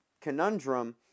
conundrum